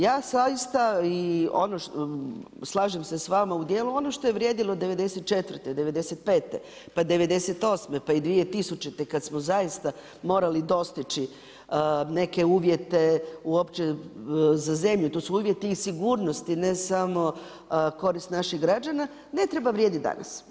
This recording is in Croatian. Ja zaista i slažem se s vama u dijelu, ono što je vrijedilo '94., '95., pa '98. pa i 2000. kad smo zaista morali dostići neke uvjete uopće za zemlju, to su uvjeti i sigurnosti, ne samo korist naših građana, ne treba vrijediti danas.